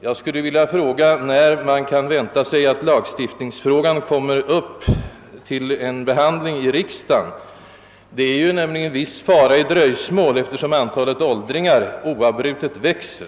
Jag skulle vilja fråga, när man kan vänta sig att lagstiftningsfrågan kommer upp till behandling i riksdagen. Det är nämligen viss fara i dröjsmål, eftersom vi alla vet att antalet åldringar oavbrutet växer.